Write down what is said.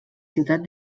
ciutat